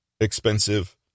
expensive